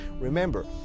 Remember